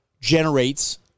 generates